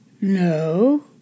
no